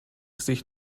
sich